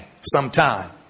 sometime